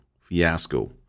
fiasco